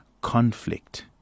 conflict